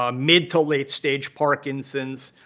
um mid to late stage parkinson's,